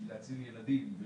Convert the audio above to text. בשביל להציל ילדים,